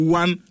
one